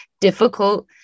difficult